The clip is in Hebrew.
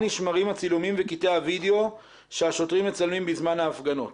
נשמרים הצילומים וקטעי הווידאו שהשוטרים מצלמים בזמן ההפגנות.